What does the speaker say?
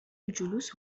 الجلوس